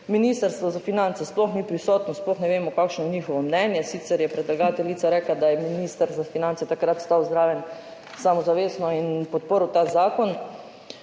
Ministrstvo za finance sploh ni prisotno, sploh ne vemo, kakšno je njihovo mnenje. Sicer je predlagateljica rekla, da je minister za finance takrat stal zraven samozavestno in podprl ta zakon.